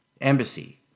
embassy